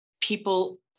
people